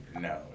No